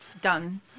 done